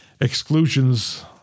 Exclusions